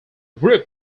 group